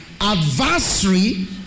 adversary